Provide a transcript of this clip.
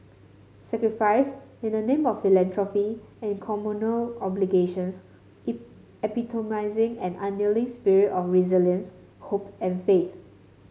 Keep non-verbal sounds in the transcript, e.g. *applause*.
sacrifices in the name of philanthropy and communal obligations *unintelligible* epitomising an unyielding spirit of resilience hope and faith